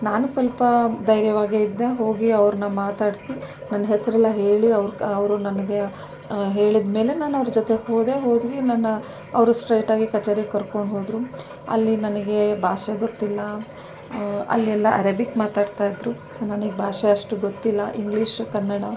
ನಾನು ಸ್ವಲ್ಪ ಧೈರ್ಯವಾಗೇ ಇದ್ದೆ ಹೋಗಿ ಅವ್ರನ್ನ ಮಾತಾಡಿಸಿ ನನ್ನ ಹೆಸರೆಲ್ಲ ಹೇಳಿ ಅವ್ರ ಅವರು ನನಗೆ ಹೇಳಿದ್ಮೇಲೆ ನಾನು ಅವ್ರ ಜೊತೆ ಹೋದೆ ಹೋಗಿ ನನ್ನ ಅವರು ಸ್ಟ್ರೈಟ್ ಆಗಿ ಕಚೇರಿಗೆ ಕರ್ಕೊಂಡು ಹೋದರು ಅಲ್ಲಿ ನನಗೆ ಭಾಷೆ ಗೊತ್ತಿಲ್ಲ ಅಲ್ಲೆಲ್ಲ ಅರೆಬಿಕ್ ಮಾತಾಡ್ತಾಯಿದ್ರು ಸೊ ನನಗೆ ಭಾಷೆ ಅಷ್ಟು ಗೊತ್ತಿಲ್ಲ ಇಂಗ್ಲೀಷು ಕನ್ನಡ